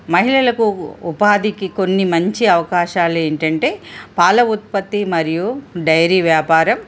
మహిళలకు ఉపాధికి కొన్ని మంచి అవకాశాలు ఏంటంటే పాల ఉత్పత్తి మరియు డైరీ వ్యాపారం